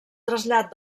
trasllat